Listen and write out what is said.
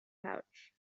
pouch